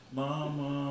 mama